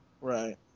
Right